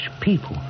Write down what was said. people